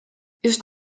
just